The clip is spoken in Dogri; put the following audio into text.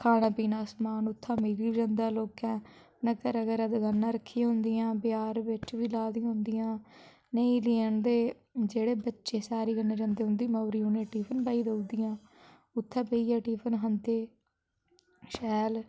खाने पीने दा समान उत्थैं मिली बी जंदा लोकें घरै घरै दकानां रक्खी दियां होंदियां बजार बिच्च बी लाई दियां होंदियां नेईं लैन ते जेह्ड़े बच्चे सैर करन जंदे ते उं'दी मौरीं उ'नेंई टिफन पाई देउड़दियां उत्थै बेहियै टिफन खंदे शैल